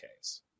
case